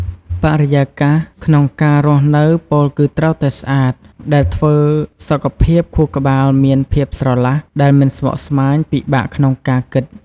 បរិយាកាសក្នុងការរស់នៅពោលគឺត្រូវតែស្អាត ដែលធ្វើសុខភាពខួរក្បាលមានភាពស្រឡះដែលមិនស្មុគស្មាញពិបាកក្នុងការគិត។